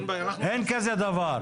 אין כזה דבר.